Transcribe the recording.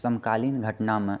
समकालीन घटनामे